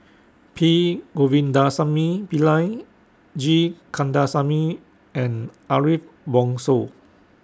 P Govindasamy Pillai G Kandasamy and Ariff Bongso